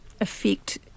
affect